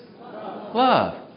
love